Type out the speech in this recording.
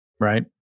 right